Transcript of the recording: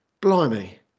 blimey